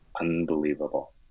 unbelievable